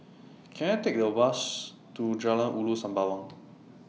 Can I Take A Bus to Jalan Ulu Sembawang